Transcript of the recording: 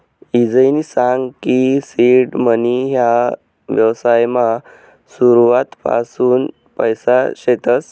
ईजयनी सांग की सीड मनी ह्या व्यवसायमा सुरुवातपासून पैसा शेतस